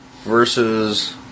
versus